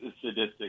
sadistic